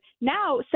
Now